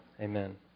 Amen